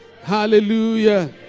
Hallelujah